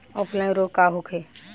Offline रोग का होखे?